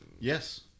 Yes